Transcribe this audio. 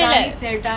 !yay!